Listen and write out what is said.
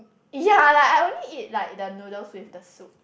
ya like I only eat like the noodles with the soup